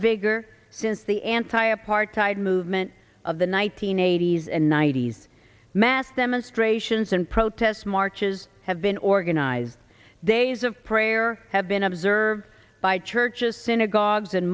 vigor since the anti apartheid movement of the one nine hundred eighty s and ninety's mass demonstrations and protest marches have been organized days of prayer have been observed by churches synagogues